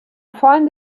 find